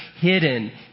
hidden